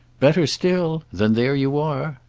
better still then there you are!